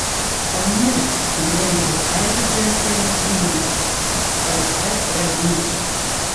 panirk giliai į erdvę stebuklingą dvasia pranyk